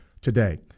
today